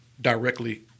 directly